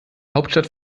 hauptstadt